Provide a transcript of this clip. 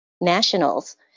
nationals